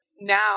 Now